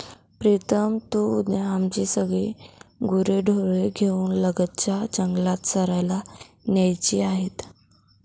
प्रीतम तू उद्या आमची सगळी गुरेढोरे घेऊन लगतच्या जंगलात चरायला न्यायची आहेत